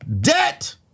debt